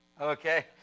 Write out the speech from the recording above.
Okay